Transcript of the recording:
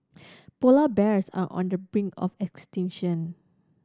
polar bears are on the brink of extinction